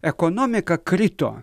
ekonomika krito